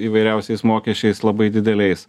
įvairiausiais mokesčiais labai dideliais